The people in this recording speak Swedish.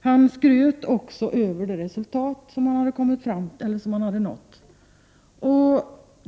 Han skröt också över det resultat som hade nåtts.